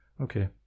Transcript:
Okay